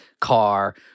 car